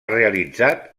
realitzat